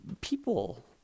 people